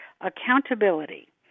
accountability